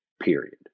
Period